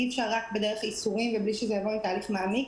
אי אפשר רק בדרך איסורים ובלי שזה יעבור לתהליך מעמיק.